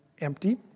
empty